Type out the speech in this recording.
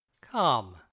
Come